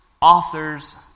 authors